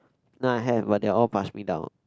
now I have but they're all pass me down